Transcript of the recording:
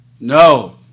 No